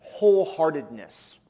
wholeheartedness